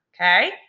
okay